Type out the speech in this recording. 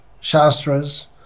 Shastras